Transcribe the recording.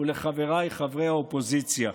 ולחבריי חברי האופוזיציה.